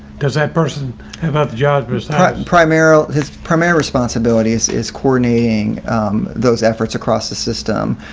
does that person have other jobs besides primarily his primary responsibilities is coordinating those efforts across the system.